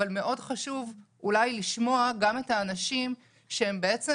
אבל מאוד חשוב אולי לשמוע גם את האנשים שבעצם